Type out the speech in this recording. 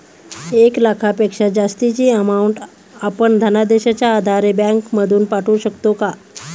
एक लाखापेक्षा जास्तची अमाउंट आपण धनादेशच्या आधारे बँक मधून पाठवू शकतो का?